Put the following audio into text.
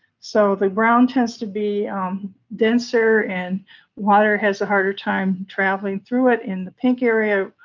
so the brown tends to be denser, and water has a harder time traveling through it. in the pink area,